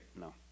no